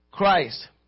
christ